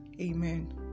Amen